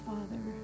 Father